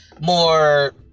more